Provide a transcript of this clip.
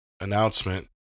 announcement